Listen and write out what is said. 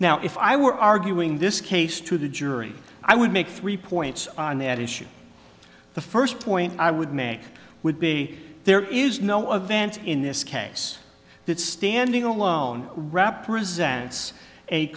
now if i were arguing this case to the jury i would make three points on that issue the first point i would make would be there is no advantage in this case that standing alone wrap presents a